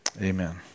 Amen